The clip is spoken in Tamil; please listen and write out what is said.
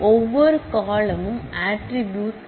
எனவே ஒவ்வொரு காலமும் ஒரு ஆட்ரிபூட்ஸ்